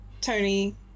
Tony